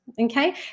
okay